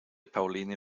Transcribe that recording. pauline